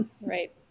Right